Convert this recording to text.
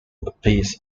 appease